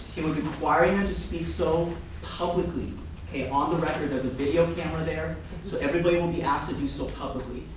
it would be requiring her ah to speak so publicly okay, on the record. there's a video camera there so everybody will be asked to do so publicly.